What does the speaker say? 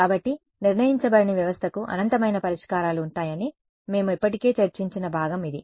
కాబట్టి నిర్ణయించబడని వ్యవస్థకు అనంతమైన పరిష్కారాలు ఉంటాయని మేము ఇప్పటికే చర్చించిన భాగం ఇది